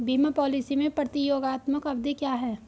बीमा पॉलिसी में प्रतियोगात्मक अवधि क्या है?